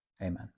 Amen